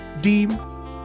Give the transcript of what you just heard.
Deem